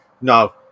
no